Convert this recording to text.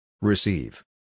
Receive